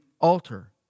altar